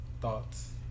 thoughts